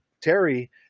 Terry